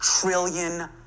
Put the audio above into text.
trillion